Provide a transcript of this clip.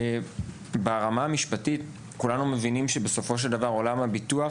ברמה המשפטית כולנו מבינים שבסופו של דבר עולם הביטוח